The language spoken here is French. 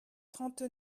trente